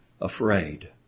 afraid